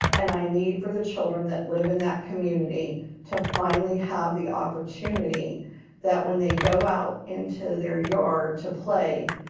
and i need for the children that live in that community to finally have the opportunity that when they go out into their yard to play,